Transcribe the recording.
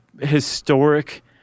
historic